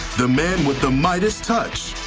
the man with the midas touch.